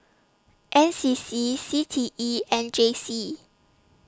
N C C C T E and J C